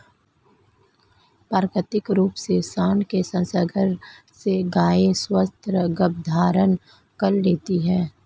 प्राकृतिक रूप से साँड के संसर्ग से गायें स्वतः गर्भधारण कर लेती हैं